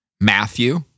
Matthew